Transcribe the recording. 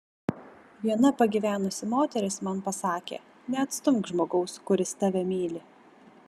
viena pagyvenusi moteris man pasakė neatstumk žmogaus kuris tave myli